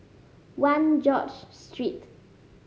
One George Street